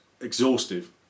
exhaustive